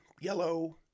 yellow